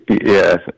yes